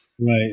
Right